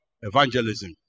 Evangelism